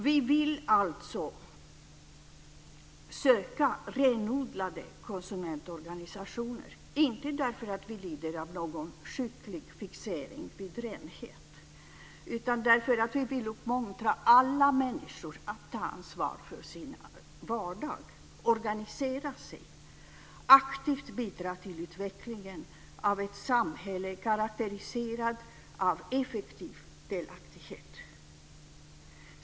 Vi vill söka renodlade konsumentorganisationer, inte därför att vi lider av någon sjuklig fixering vid renhet utan därför att vi vill uppmuntra alla människor att ta ansvar för sin vardag, organisera sig, aktivt bidra till utvecklingen av ett samhälle karakteriserat av effektiv delaktighet.